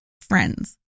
friends